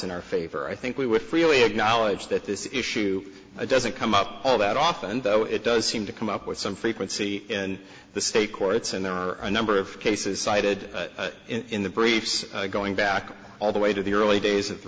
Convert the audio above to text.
in our favor i think we will freely acknowledge that this issue doesn't come up all that often though it does seem to come up with some frequency in the state courts and there are a number of cases cited in the briefs going back all the way to the early days of the